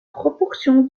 proportion